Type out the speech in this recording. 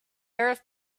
earth